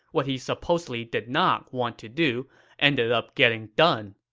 what he supposedly did not want to do ended up getting done.